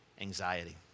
anxiety